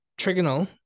Trigonal